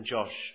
Josh